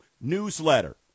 newsletter